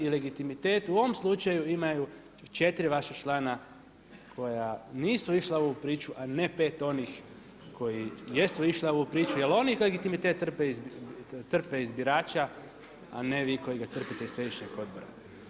I legitimitet u ovom slučaju imaju 4 vaša člana koja nisu išla u ovu priču a ne 5 onih koji jesu išli u ovu priču jer oni legitimitet crpe iz birača a ne vi koji ga crpite iz središnjeg odbora.